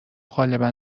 غالبا